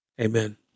Amen